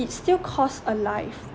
it still cost a life